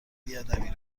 بیادبی